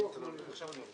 התשע"ז-2017 נתקבלה.